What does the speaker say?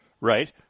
right